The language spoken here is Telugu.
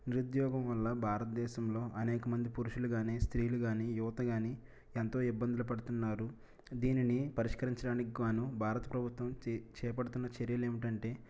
నిరుద్యోగం వల్ల భారతదేశంలో అనేక మంది పురుషులు కాని స్త్రీలు కాని యువత కాని ఎంతో ఇబ్బందులు పడుతున్నారు దీనిని పరిష్కరించడానికి గాను భారత ప్రభుత్వం చే చేపడుతున్న చర్యలు ఏమిటంటే